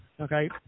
Okay